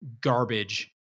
garbage